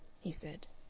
he said.